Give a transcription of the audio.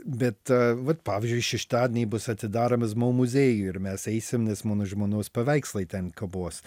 bet a vat pavyzdžiui šeštadienį bus atidaromas mo muziejuj ir mes eisim nes mano žmonos paveikslai ten kabos